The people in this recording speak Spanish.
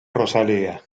rosalía